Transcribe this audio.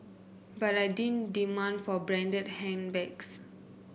but I didn't demand for a branded handbags